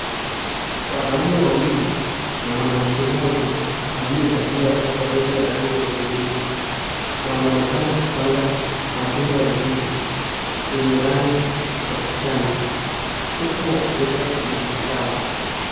Wanaume wawili na mwanamke moja, aliyevalia ovarori ya rangi ya hudhurungi, wanaonekana kupanga matunda ya ndizi, yenye rangi ya kijani, huku wakiweka kwenye matawi.